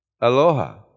Aloha